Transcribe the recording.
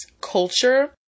culture